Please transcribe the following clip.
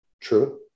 True